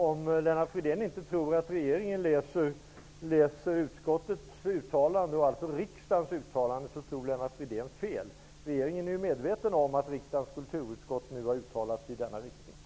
Om Lennart Fridén inte tror att regeringen läser utskottets uttalande, dvs. riksdagens uttalande, tror han fel. Regeringen är medveten om att riksdagens kulturutskott nu har uttalat sig i denna riktning.